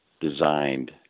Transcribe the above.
designed